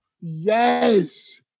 Yes